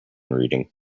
reading